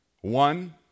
One